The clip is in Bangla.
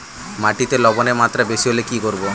মাটিতে লবণের মাত্রা বেশি হলে কি করব?